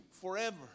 forever